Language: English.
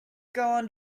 going